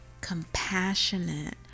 compassionate